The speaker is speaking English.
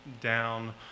down